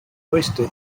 oyster